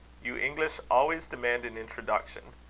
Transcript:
you english always demand an introduction.